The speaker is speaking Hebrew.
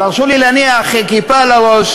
אז הרשו לי להניח כיפה על הראש